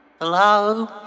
Hello